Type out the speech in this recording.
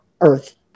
earth